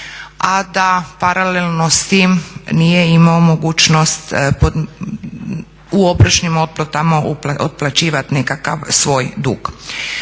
a da paralelno s tim nije imao mogućnost u obročnim otplatama otplaćivati nekakav svoj dug.